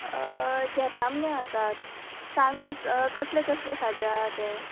घेता मगे आतांत सांग एक कसलें कसलें खाजें आसा तें